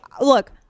look